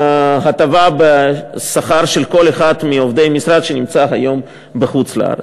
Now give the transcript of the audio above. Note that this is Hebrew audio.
הטבה בשכר של כל אחד מעובדי המשרד שנמצא היום בחוץ-לארץ.